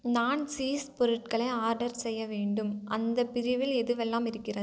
நான் சீஸ் பொருட்களை ஆர்டர் செய்ய வேண்டும் அந்த பிரிவில் எதுவெல்லாம் இருக்கிறது